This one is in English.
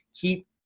keep